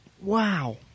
Wow